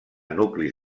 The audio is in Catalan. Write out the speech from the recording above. nuclis